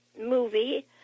movie